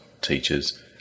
teachers